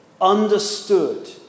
understood